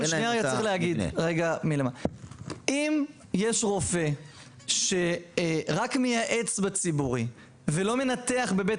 אם יש רופא שרק מייעץ בציבורי ולא מנתח בבית